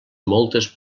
moltes